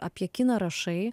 apie kiną rašai